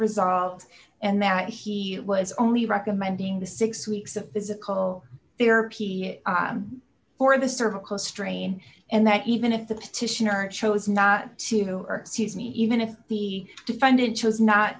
results and that he was only recommending the six weeks of physical therapy for the cervical strain and that even if the petitioner chose not to or season even if the defendant chose not